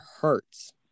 hurts